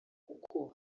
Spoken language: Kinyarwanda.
kuko